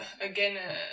again